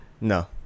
No